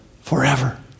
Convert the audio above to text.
forever